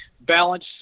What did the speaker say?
Balance